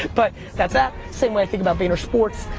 but that's that. same way i think about junior sports.